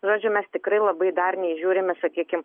žodžiu mes tikrai labai darniai žiūrime sakykim